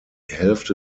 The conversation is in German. hälfte